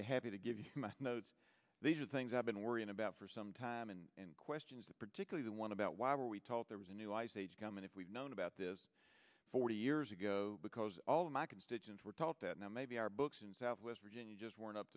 be happy to give you notes these are things i've been worrying about for some time and questions that particularly one about why were we told there was a new ice age coming if we'd known about this forty years ago because all of my constituents were taught that now maybe our books in southwest virginia just weren't up